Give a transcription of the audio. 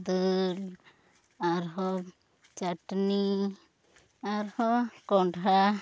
ᱫᱟᱹᱞ ᱟᱨ ᱦᱚᱸ ᱪᱟᱹᱴᱱᱤ ᱟᱨ ᱦᱚᱸ ᱠᱚᱱᱰᱷᱦᱟ